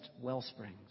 wellsprings